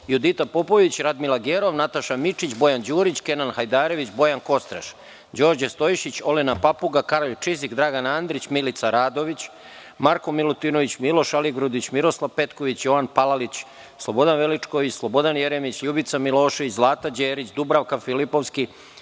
Judita Popović, Radmila Gerov, Nataša Mićić, Bojan Đurić, Kenan Hajdarević, Bojan Kostreš, Đorđe Stojšić, Olena Papuga, Karolj Čizik, Dragan Andrić, Milica Radović, Marko Milutinović, Miloš Aligrudić, Miroslav Petković, Jovan Palalić, Slobodan Veličković, Slobodan Jeremić, Ljubica Milošević, Zlata Đerić, Dubravka Filipovski,